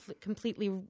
completely